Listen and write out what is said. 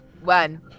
One